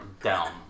down